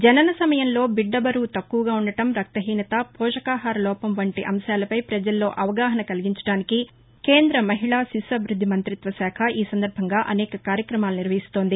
జనన సమయంలో బిడ్డ బరువు తక్కువగా ఉండడం రక్తహీసత పోషకాహార లోపం వంటి అంశాలపై ప్రజల్లో అవగాహన కల్గించడానికి మహిళా శిశు అభివృద్గి మంతిత్వశాఖ ఈసందర్బంగా అనేక కార్యక్రమాలు నిర్వహిస్తోంది